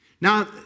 Now